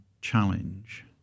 challenge